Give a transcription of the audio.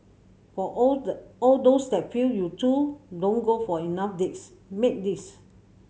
for all the all those that feel you two don't go for enough dates make this